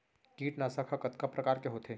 कीटनाशक ह कतका प्रकार के होथे?